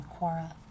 Quora